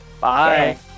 Bye